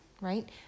right